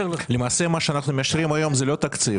למעשה, מה שאנחנו מאשרים היום זה לא תקציב.